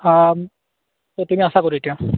অঁ তুমি আছা ক'ত এতিয়া